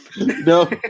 No